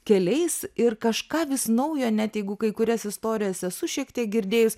keliais ir kažką vis naujo net jeigu kai kurias istorijas esu šiek tiek girdėjus